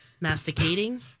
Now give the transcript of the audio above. masticating